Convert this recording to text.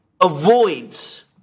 avoids